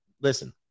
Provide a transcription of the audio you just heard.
listen